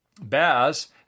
Baz